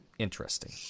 Interesting